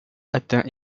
atteint